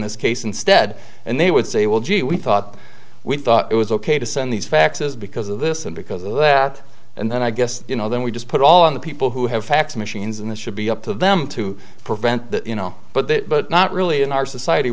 this case instead and they would say well gee we thought we thought it was ok to send these faxes because of this and because of that and then i guess you know then we just put all of the people who have fax machines in the should be up to them to prevent that you know but that but not really in our society